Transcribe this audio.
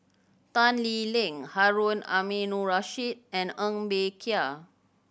Tan Lee Leng Harun Aminurrashid and Ng Bee Kia